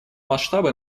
масштабы